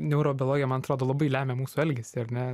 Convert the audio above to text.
neurobiologija man atrodo labai lemia mūsų elgesį ar ne